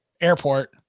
airport